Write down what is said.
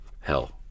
hell